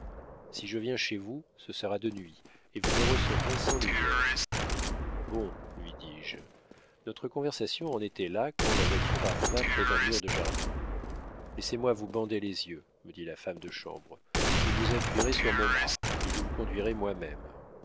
si je viens chez vous ce sera de nuit et vous me recevrez sans lumière bon lui dis-je notre conversation en était là quand la voiture arriva près d'un mur de jardin laissez-moi vous bander les yeux me dit la femme de chambre vous vous appuierez sur mon bras et je vous conduirai moi-même